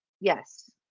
yes